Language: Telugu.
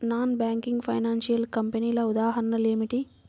నాన్ బ్యాంకింగ్ ఫైనాన్షియల్ కంపెనీల ఉదాహరణలు ఏమిటి?